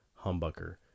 humbucker